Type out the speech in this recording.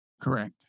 Correct